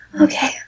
Okay